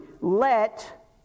let